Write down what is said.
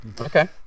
Okay